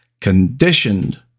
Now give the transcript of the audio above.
conditioned